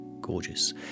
gorgeous